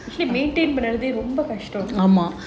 actually maintain பண்றதே ரொம்ப கஷ்டம்:pandrathae romba kashtam